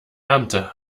ernte